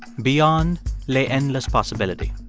beyond lay endless possibility